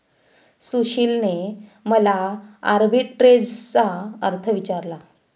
सुशीलने मला आर्बिट्रेजचा अर्थ विचारला